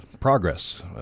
progress